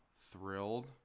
thrilled